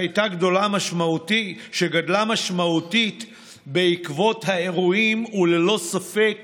גדלה משמעותית בעקבות האירועים וללא ספק